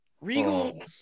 Regal